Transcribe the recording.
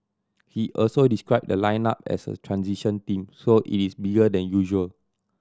he also described the lineup as a transition team so it is bigger than usual